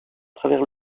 travers